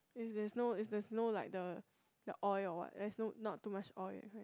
is there's no i there's no like the the oil or what there is no not too much oil that kind